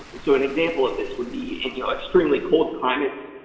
so, an example of this would be an you know extremely cold climate,